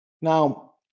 Now